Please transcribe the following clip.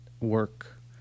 work